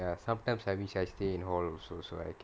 ya sometimes I wish I stay in hall also so I can